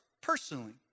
personally